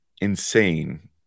insane